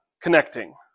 connecting